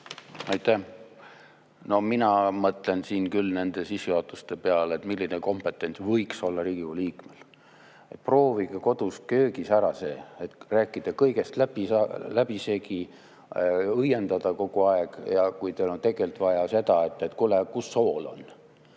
mina mõtlen siin küll nende sissejuhatuste peale, milline kompetents võiks olla Riigikogu liikmel. Proovige kodus köögis ära see, et rääkida kõigest läbisegi, õiendada kogu aeg, kui teil on tegelikult vaja seda, et kuule, kus sool on.